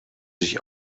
sich